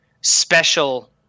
special